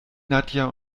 nadja